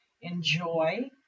enjoy